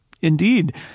indeed